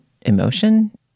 emotion